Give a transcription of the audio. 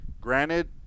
granted